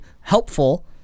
helpful